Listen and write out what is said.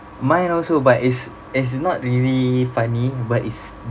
mine also but is is not really funny but it's